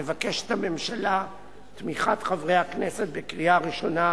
הממשלה מבקשת תמיכת חברי הכנסת בקריאה הראשונה,